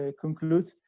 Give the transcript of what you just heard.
conclude